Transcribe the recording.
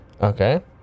Okay